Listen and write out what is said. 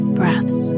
breaths